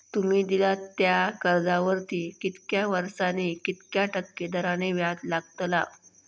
तुमि दिल्यात त्या कर्जावरती कितक्या वर्सानी कितक्या टक्के दराने व्याज लागतला?